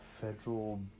federal